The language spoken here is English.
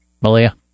Malia